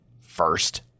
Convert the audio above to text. first